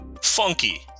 Funky